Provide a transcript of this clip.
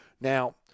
Now